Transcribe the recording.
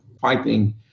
fighting